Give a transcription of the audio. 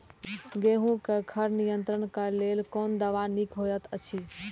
गेहूँ क खर नियंत्रण क लेल कोन दवा निक होयत अछि?